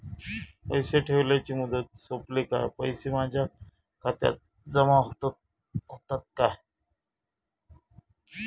पैसे ठेवल्याची मुदत सोपली काय पैसे माझ्या खात्यात जमा होतात काय?